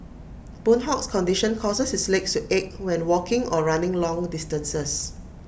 boon Hock's condition causes his legs to ache when walking or running long distances